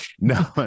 No